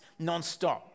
nonstop